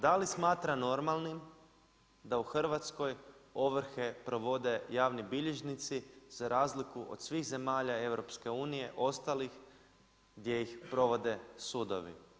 Da li smatra normalnim da u Hrvatskoj ovrhe provode javni bilježnici za razliku od svih zemalja EU ostalih gdje ih provode sudovi?